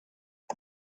the